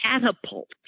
catapult